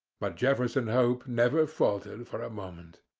but jefferson hope never faltered for a moment.